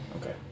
Okay